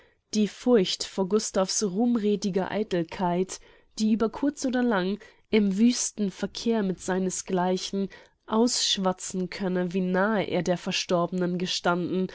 die furcht vor gustav's ruhmrediger eitelkeit die über kurz oder lang im wüsten verkehr mit seines gleichen ausschwatzen könne wie nahe er der verstorbenen gestanden